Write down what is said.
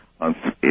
on